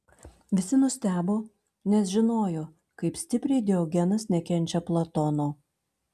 visi nustebo nes žinojo kaip stipriai diogenas nekenčia platono